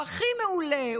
הוא הכי מעולה,